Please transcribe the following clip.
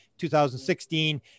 2016